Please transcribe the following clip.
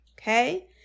okay